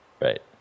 Right